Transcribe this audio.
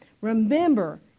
remember